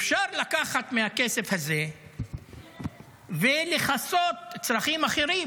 אפשר לקחת מהכסף הזה ולכסות צרכים אחרים,